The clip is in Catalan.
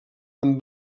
amb